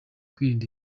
kwirinda